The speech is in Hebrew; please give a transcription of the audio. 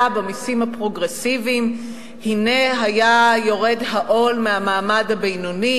במסים הפרוגרסיביים הנה היה יורד העול מהמעמד הבינוני,